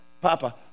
Papa